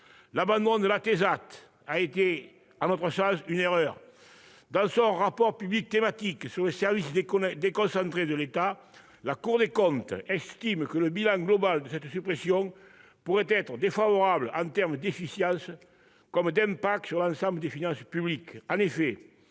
l'ATESAT, a ainsi été, à notre sens, une erreur. Dans son rapport public thématique sur les services déconcentrés de l'État, la Cour des comptes estime que le bilan global de cette suppression pourrait être défavorable en termes d'efficience comme d'impact sur l'ensemble des finances publiques. Les